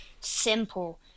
simple